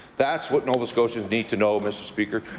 that's what nova scotians need to know, mr. speaker.